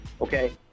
Okay